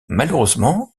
malheureusement